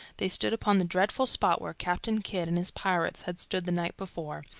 they stood upon the dreadful spot where captain kidd and his pirates had stood the night before.